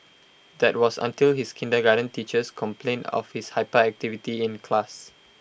that was until his kindergarten teachers complained of his hyperactivity in class